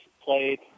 played